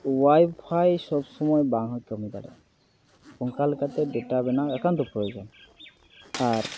Y ᱯᱷᱟᱭ ᱥᱚᱵᱽ ᱥᱚᱢᱚᱭ ᱵᱟᱝ ᱦᱚᱸᱭ ᱠᱟᱹᱢᱤ ᱫᱟᱲᱮᱭᱟᱜᱼᱟ ᱚᱝᱠᱟ ᱞᱮᱠᱟᱛᱮ ᱰᱮᱴᱟ ᱵᱮᱱᱟᱣ ᱮᱠᱟᱱᱛᱚ ᱯᱨᱚᱭᱳᱡᱚᱱ ᱟᱨ